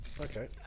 Okay